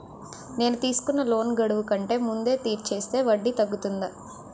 నేను తీసుకున్న లోన్ గడువు కంటే ముందే తీర్చేస్తే వడ్డీ తగ్గుతుందా?